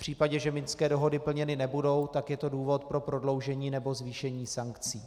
V případě, že Minské dohody plněny nebudou, tak je to důvod pro prodloužení nebo zvýšení sankcí.